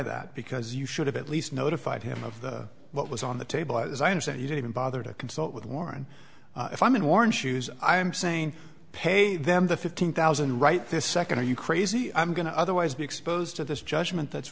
that because you should have at least notified him of the what was on the table as i understand you don't even bother to consult with warren if i'm in worn shoes i am saying pay them the fifteen thousand right this second are you crazy i'm going to otherwise be exposed to this judgement that's